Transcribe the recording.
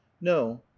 No